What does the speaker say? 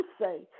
say